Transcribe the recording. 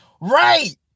Right